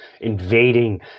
invading